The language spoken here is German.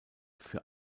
für